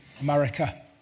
America